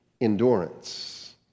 endurance